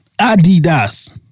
Adidas